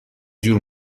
جور